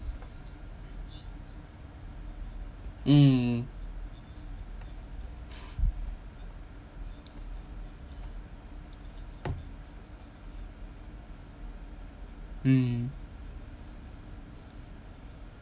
mm mm